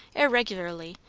irregularly,